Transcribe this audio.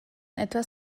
etwas